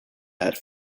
had